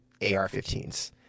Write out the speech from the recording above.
AR-15s